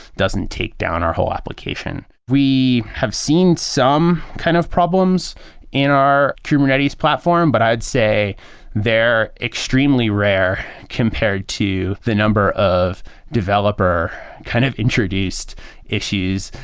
doesn't take down our whole application. we have seen some kind of problems in our kubernetes platform, but i'd say they're extremely rare compared to the number of developer kind of introduced issues.